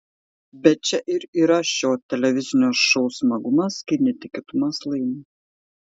bet čia ir yra šio televizinio šou smagumas kai netikėtumas laimi